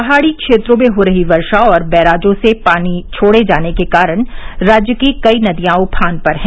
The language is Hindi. पहाड़ी क्षेत्रों में हो रही वर्षा और बैराजों से पानी छोड़े जाने के कारण राज्य की कई नदियां उफान पर हैं